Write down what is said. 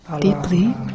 deeply